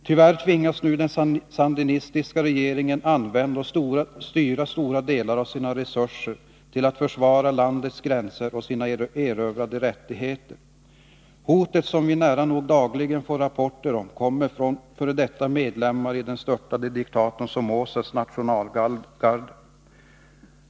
Tyvärr tvingas nu den sandinistiska regeringen att använda och styra stora delar av sina resurser till att försvara landets gränser och sina erövrade rättigheter. Hotet, som vi nära nog dagligen får rapporter om, kommer från f. d. medlemmar i den störtade diktatorn Somozas nationalgarde.